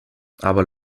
aber